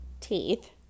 teeth